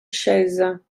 chaises